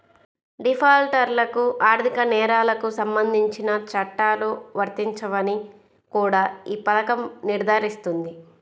డిఫాల్టర్లకు ఆర్థిక నేరాలకు సంబంధించిన చట్టాలు వర్తించవని కూడా ఈ పథకం నిర్ధారిస్తుంది